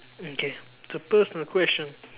okay so personal question